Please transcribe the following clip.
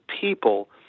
people